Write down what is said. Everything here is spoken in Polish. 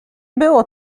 było